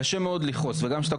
בסדר, אני לא נכנס לזה.